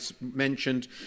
mentioned